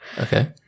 Okay